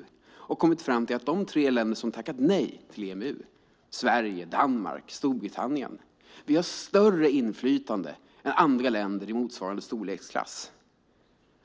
De har kommit fram till att de tre länder som har tackat nej till EMU - Sverige, Danmark och Storbritannien - har större inflytande än andra länder i motsvarande storleksklass.